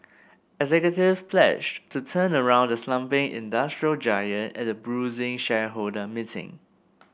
executives pledged to turn around the slumping industrial giant at a bruising shareholder meeting